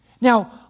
Now